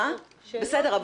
בסדר,